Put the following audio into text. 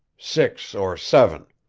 six or seven.